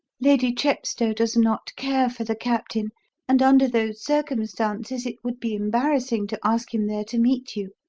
lady chepstow does not care for the captain and under those circumstances it would be embarrassing to ask him there to meet you.